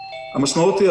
המשמעות היא,